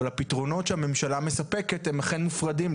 אבל הפתרונות שהממשלה מספקת הם אכן מופרדים,